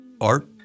art